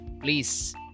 please